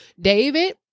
David